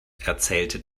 erzählte